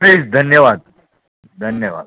please धन्यवाद धन्यवाद